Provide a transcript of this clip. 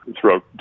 throughout